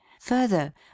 Further